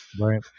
Right